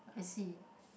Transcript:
I see